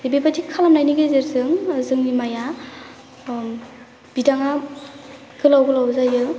बेबायदि खालामनायनि गेजेरजों जोंनि माइया बिदांआ गोलाउ गोलाउ जायो